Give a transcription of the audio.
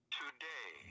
today